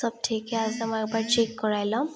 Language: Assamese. চব ঠিকে আছে নাই মই এবাৰ চেক কৰাই ল'ম